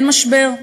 אין משבר.